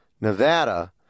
Nevada